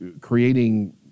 creating